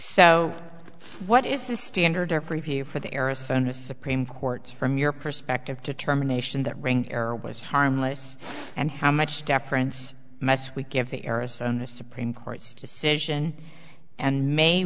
so what is the standard of review for the arizona supreme court's from your perspective determination that ring error was harmless and how much deference mets we give the arizona supreme court's decision and may